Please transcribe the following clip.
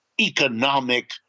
economic